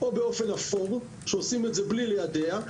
או באופן אפור כשעושים את זה בלי ליידע.